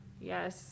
yes